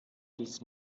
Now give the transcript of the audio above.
dies